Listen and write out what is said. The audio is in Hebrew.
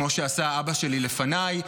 כמו שעשה אבא שלי לפניי,